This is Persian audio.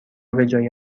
بجای